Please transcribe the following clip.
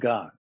God